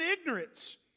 ignorance